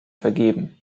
vergeben